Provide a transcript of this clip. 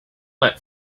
let